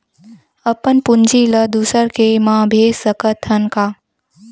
अपन पूंजी ला दुसर के मा भेज सकत हन का?